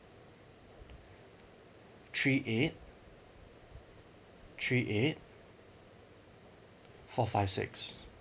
three eight three eight four five six